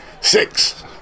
Six